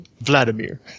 Vladimir